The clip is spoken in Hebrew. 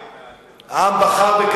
העם בחר בליכוד.